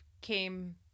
came –